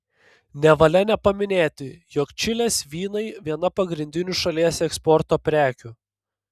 nevalia nepaminėti jog čilės vynai viena pagrindinių šalies eksporto prekių